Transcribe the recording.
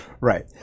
Right